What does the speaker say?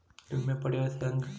ವಿಮೆ ಪಡಿಯೋದ ಹೆಂಗ್?